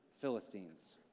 Philistines